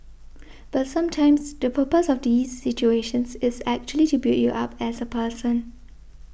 but sometimes the purpose of these situations is actually to build you up as a person